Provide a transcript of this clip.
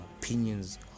opinions